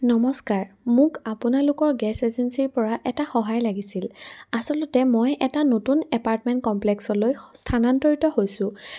নমস্কাৰ মোক আপোনালোকৰ গেছ এজেঞ্চিৰপৰা এটা সহায় লাগিছিল আচলতে মই এটা নতুন এপাৰ্টমেণ্ট কমপ্লেক্সলৈ স্থানান্তৰিত হৈছোঁ